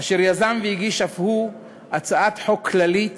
יזם והגיש אף הוא הצעת חוק כללית